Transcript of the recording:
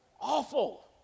Awful